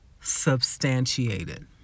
substantiated